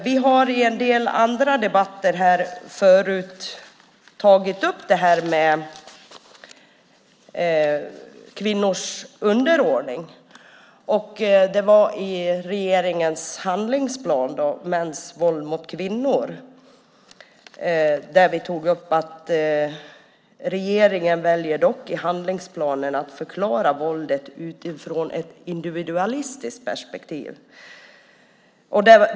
Vi har i en del andra debatter här förut tagit upp kvinnors underordning. I debatten om regeringens handlingsplan om mäns våld mot kvinnor tog vi upp att regeringen i handslingsplanen väljer att förklara våldet utifrån ett individualistiskt perspektiv.